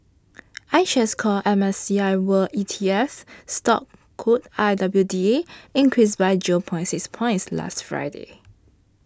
iShares Core M S C I world E T F stock code I W D A increased by June point six points last Friday